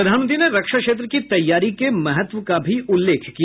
प्रधानमंत्री ने रक्षा क्षेत्र की तैयारी के महत्व का भी उल्लेख किया